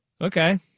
Okay